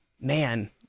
man